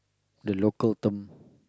the local term